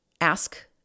ask